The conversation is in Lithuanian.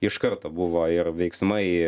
iš karto buvo ir veiksmai